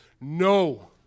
No